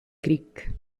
creek